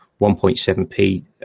1.7p